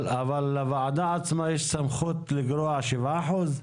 אבל לוועדה עצמה יש סמכות לגרוע 7%?